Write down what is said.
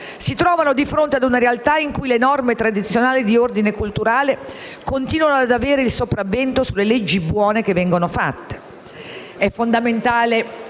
si trovano di fronte ad una realtà in cui le norme tradizionali di ordine culturale continuano ad avere il sopravvento sulle buone leggi approvate. Sono fondamentali